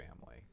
Family